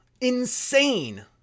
Insane